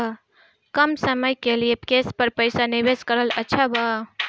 कम समय के लिए केस पर पईसा निवेश करल अच्छा बा?